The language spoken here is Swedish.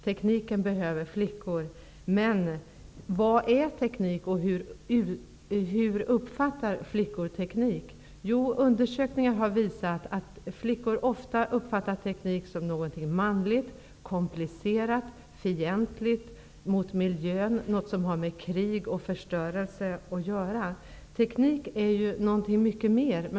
Tekniken behöver flickor. Men vad är teknik och hur uppfattar flickor teknik? Undersökningar har visat att flickor ofta uppfattar teknik som någonting manligt och komplicerat och något som är skadligt för miljön och som har med krig och förstörelse att göra. Teknik är ju mycket mer.